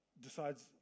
decides